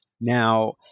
Now